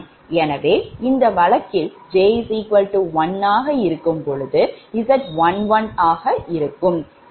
எனவே இந்த வழக்கில் 𝑗 1 ஆக இருக்கும்போது Z11 ஆக இருக்கும்